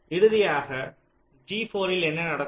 இறுதியாக G4 ல் என்ன நடக்கும்